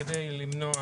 כדי למנוע